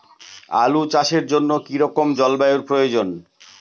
আলু চাষের জন্য কি রকম জলবায়ুর প্রয়োজন?